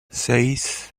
seis